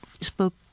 spoke